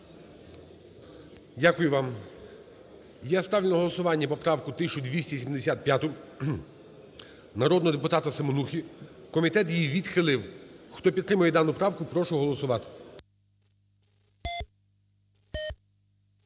Дякую вам. Я ставлю на голосування поправку 1275 народного депутата Семенухи, комітет її відхилив. Хто підтримує дану правку, прошу голосувати.